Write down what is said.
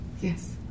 yes